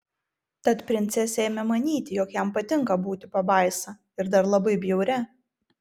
tad princesė ėmė manyti jog jam patinka būti pabaisa ir dar labai bjauria